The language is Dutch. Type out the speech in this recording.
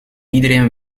iedereen